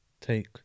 take